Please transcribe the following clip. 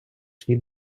свій